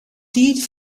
tiid